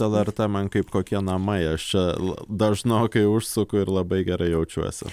lrt man kaip kokie namai aš čia dažnokai užsuku ir labai gerai jaučiuosi